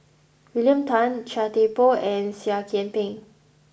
William Tan Chia Thye Poh and Seah Kian Peng